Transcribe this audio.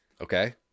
Okay